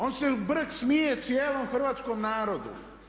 On se u brk smije cijelom hrvatskom narodu.